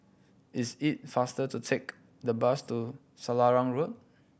is it faster to take the bus to Selarang Road